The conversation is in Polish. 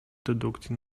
dedukcji